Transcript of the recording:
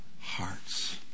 hearts